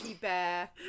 bear